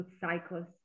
cycles